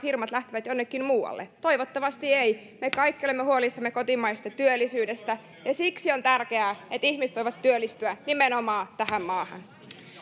nämä firmat lähtevät jonnekin muualle toivottavasti eivät me kaikki olemme huolissamme kotimaisesta työllisyydestä ja siksi on tärkeää että ihmiset voivat työllistyä nimenomaan tähän maahan